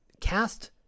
cast